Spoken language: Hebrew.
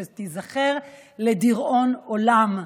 שתיזכר לדיראון עולם,